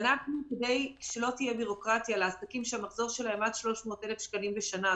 כדי שלא תהיה בירוקרטיה לעסקים שהמחזור שלהם הוא עד 300,000 שקלים בשנה,